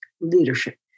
leadership